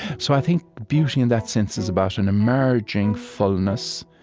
so i think beauty, in that sense, is about an emerging fullness,